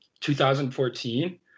2014